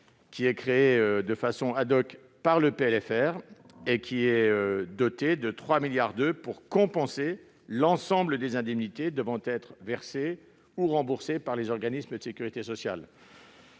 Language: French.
de loi de finances rectificative et doté de 3,2 milliards d'euros, pour compenser l'ensemble des indemnités devant être versées ou remboursées par les organismes de sécurité sociale.